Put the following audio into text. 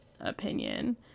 opinion